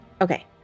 Okay